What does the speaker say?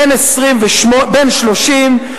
בן 30,